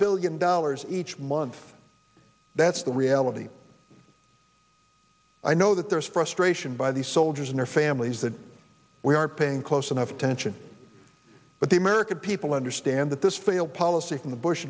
billion dollars each month that's the reality i know that there's frustration by these soldiers and their families that we are paying close enough attention but the american people understand that this failed policy in the bush